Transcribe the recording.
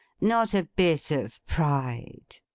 not a bit of pride!